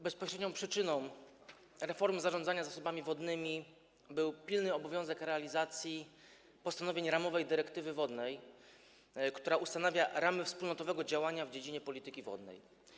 Bezpośrednią przyczyną reformy zarządzania zasobami wodnymi był pilny obowiązek realizacji postanowień ramowej dyrektywy wodnej, która ustanawia ramy wspólnotowego działania w dziedzinie polityki wodnej.